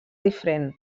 diferent